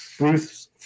Ruth